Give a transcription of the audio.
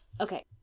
Okay